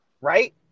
Right